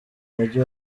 mujyi